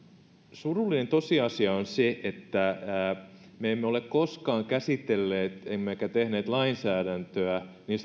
surullinen tosiasia on se että me emme ole koskaan käsitelleet emmekä tehneet lainsäädäntöä niin